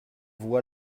voix